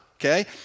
okay